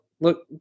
look